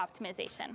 optimization